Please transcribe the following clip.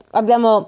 abbiamo